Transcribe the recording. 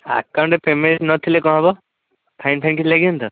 ଆକାଉଣ୍ଟରେ ପେମେଣ୍ଟ ନଥିଲେ କ'ଣ ହେବ ଫାଇନ୍ ଫାଇନ୍ କିଛି ଲାଗିବନି ତ